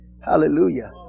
Hallelujah